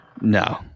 No